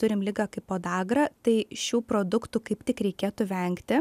turim ligą kaip podagrą tai šių produktų kaip tik reikėtų vengti